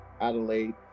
Adelaide